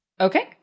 Okay